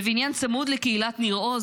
בבניין צמוד לקהילת ניר עוז,